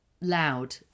loud